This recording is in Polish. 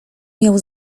miał